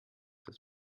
das